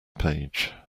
page